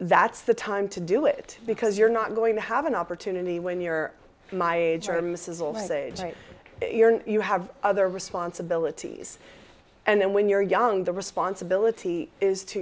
that's the time to do it because you're not going to have an opportunity when you're my age or you have other responsibilities and then when you're young the responsibility is to